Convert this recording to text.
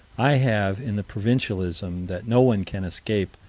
i have, in the provincialism that no one can escape,